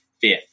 fifth